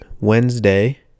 Wednesday